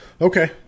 Okay